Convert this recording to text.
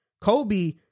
Kobe